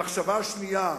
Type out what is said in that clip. למחשבה שנייה,